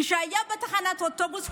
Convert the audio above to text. כשהוא היה בתחנת האוטובוס,